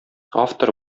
автор